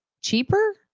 cheaper